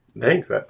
Thanks